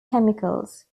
chemicals